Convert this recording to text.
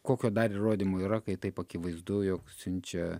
kokio dar įrodymų yra kai taip akivaizdu jog siunčia